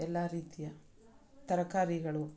ಎಲ್ಲ ರೀತಿಯ ತರಕಾರಿಗಳು